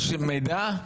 יש מידע?